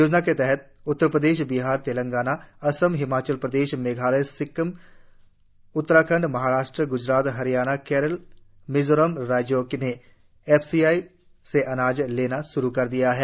योजना के तहत उत्तर प्रदेश बिहार तेलंगाना असम हिमाचल प्रदेश मेघालय सिक्किम उत्तराखंड महाराष्ट्र ग्जरात हरियाणा केरल मिजोरम राज्यों ने एफसीआई से अनाज लेना श्रू कर दिया है